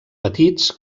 petits